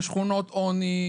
בשכונות עוני,